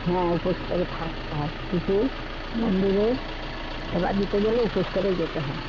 হ্যাঁ উপোস করে থাকতে হয় কিছু মন্দিরে সেবা দিতে গেলে উপোস করেই যেতে হয়